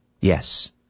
Yes